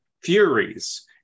Furies